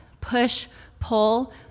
push-pull